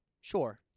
Sure